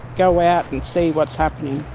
go out and see what's happening.